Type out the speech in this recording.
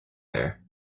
there